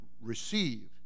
receive